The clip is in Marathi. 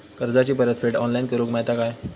कर्जाची परत फेड ऑनलाइन करूक मेलता काय?